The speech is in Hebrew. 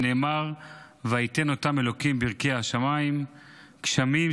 שנאמר: "ויתן אותם ה' ברקיע השמיים"; גשמים,